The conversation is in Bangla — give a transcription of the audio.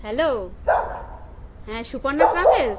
হ্যালো হ্যাঁ সুপর্ণা ট্রাভেলস